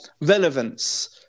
relevance